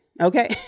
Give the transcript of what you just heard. Okay